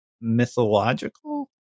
mythological